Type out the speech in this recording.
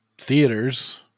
theaters